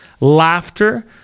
laughter